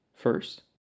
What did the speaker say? First